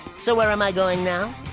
so where am i going now?